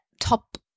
top